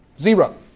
Zero